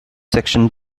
section